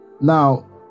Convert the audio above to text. now